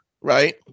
right